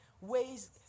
ways